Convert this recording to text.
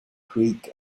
creek